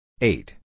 Eight